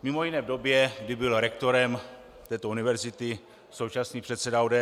Mimo jiné v době, kdy byl rektorem této univerzity současný předseda ODS.